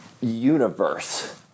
universe